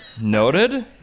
Noted